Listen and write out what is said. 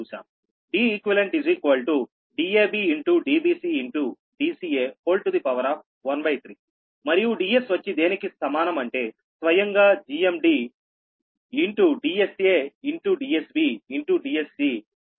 Deq Dab Dbc Dca 13 మరియు Ds వచ్చి దేనికి సమానం అంటే స్వయంగా GMDDsaDsbDsc13